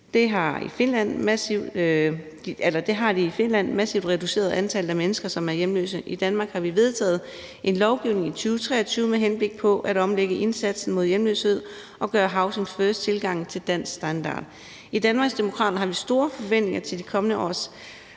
har de massivt reduceret antallet af mennesker, som er hjemløse. I Danmark har vi vedtaget en lovgivning i 2023 med henblik på at omlægge indsatsen mod hjemløshed og gøre housing first-tilgangen til dansk standard. I Danmarksdemokraterne har vi store forventninger til de kommende års